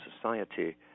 society